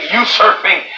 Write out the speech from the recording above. usurping